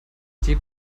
die